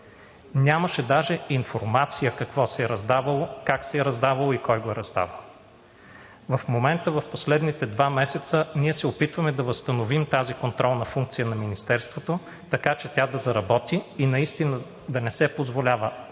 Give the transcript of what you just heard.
Нямаше даже информация какво се е раздавало, как се е раздавало и кой го е раздавал. В момента – в последните два месеца, ние се опитваме да възстановим тази контролна функция на Министерството, така че тя да заработи и наистина да не се позволява